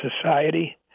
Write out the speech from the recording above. society